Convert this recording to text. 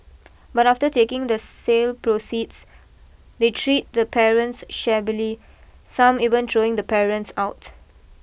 but after taking the sale proceeds they treat the parents shabbily some even throwing the parents out